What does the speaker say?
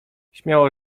śmiało